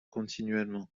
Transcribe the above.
continuellement